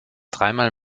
dreimal